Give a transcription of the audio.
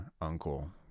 uncle